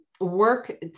work